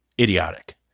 idiotic